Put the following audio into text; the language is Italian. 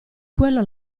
quello